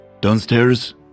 Downstairs